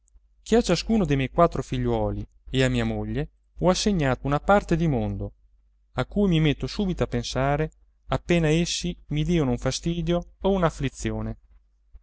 che a ciascuno dei miei quattro figliuoli e a mia moglie ho assegnato una parte di mondo a cui mi metto subito a pensare appena essi mi diano un fastidio o una afflizione